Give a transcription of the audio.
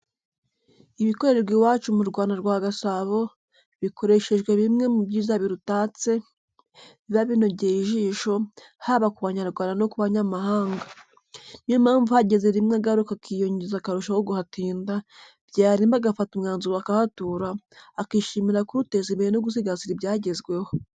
Ibikorerwa iwacu mu Rwanda rwa Gasabo, bikoreshejwe bimwe mu byiza birutatse, biba binogoye ijisho, haba ku Banyarwanda no ku banyamahanga. Niyo mpamvu uhageze rimwe agaruka akiyongeza akarushaho kuhatinda, byarimba agafata umwanzuro akahatura, akishimira kuruteza imbere no gusigasira ibyagezweho.